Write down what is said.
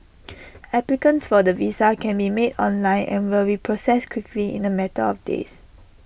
applicants for the visa can be made online and will be processed quickly in A matter of days